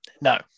no